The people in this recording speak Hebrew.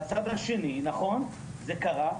בצד השני, נכון זה קרה.